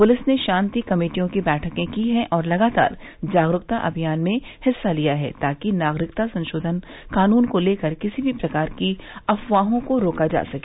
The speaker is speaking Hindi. पुलिस ने शांति कमेटियों की बैठकें की हैं और लगातार जागरूकता अभियान में हिस्सा लिया है ताकि नागरिकता संशोधन कानून को लेकर किसी भी प्रकार की अफवाहों को रोका जा सके